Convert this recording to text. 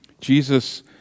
Jesus